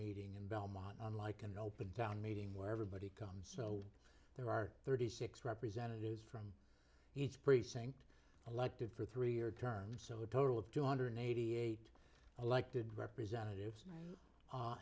meeting in belmont unlike an open town meeting where everybody comes so there are thirty six representatives from each precinct elected for three year term so a total of two hundred eighty eight elected representatives and